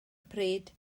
pryd